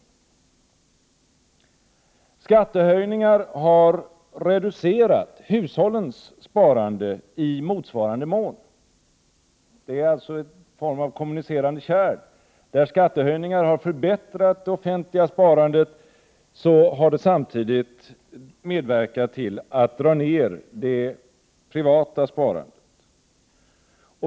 I motsvarande mån har skattehöjningar reducerat hushållens sparande. Det förhåller sig på samma sätt som med kommunicerande kärl. När skattehöjningar har förbättrat det offentliga sparandet, har detta medverkat till en neddragning av det privata sparandet.